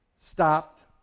stopped